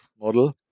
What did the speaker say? model